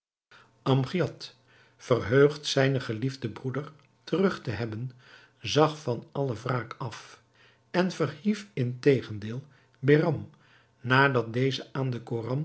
amgiad verheugd zijnen geliefden broeder terug te hebben zag van alle wraak af en verhief in tegendeel behram nadat deze aan den